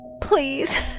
Please